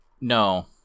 No